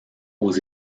aux